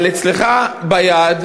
אבל אצלך ביד,